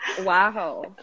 Wow